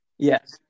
Yes